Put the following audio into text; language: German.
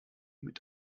mit